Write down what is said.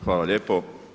Hvala lijepo.